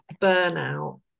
burnout